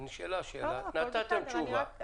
נשאלה שאלה, נתתם תשובה.